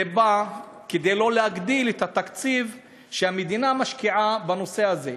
בא כדי לא להגדיל את התקציב שהמדינה משקיעה בנושא הזה.